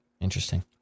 Interesting